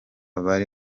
bari